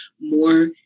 more